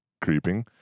creeping